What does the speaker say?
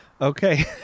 Okay